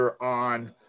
on